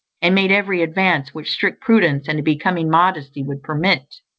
and made every advance which strict prudence and a becoming modesty would permit.